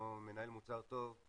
כמו מנהל מוצר טוב,